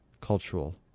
Cultural